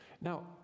Now